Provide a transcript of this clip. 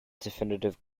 definitive